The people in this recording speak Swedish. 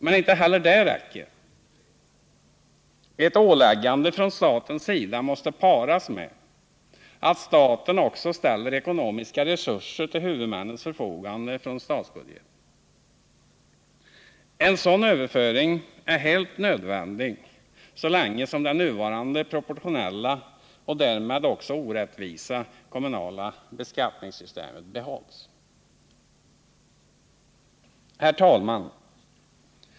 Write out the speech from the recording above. Men inte heller det räcker. Ett åläggande från statens sida måste paras med att staten också ställer ekonomiska resurser till huvudmännens förfogande från statsbudgeten. En sådan överföring är helt nödvändig så länge som det nuvarande proportionella och därmed också orättvisa kommunala beskattningssystemet behålls. Herr talman!